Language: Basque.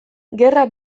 gerra